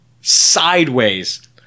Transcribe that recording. sideways